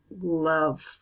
love